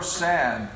sad